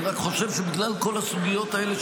אני רק חושב שבגלל כל הסוגיות האלה,